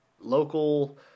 local